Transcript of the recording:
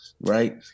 right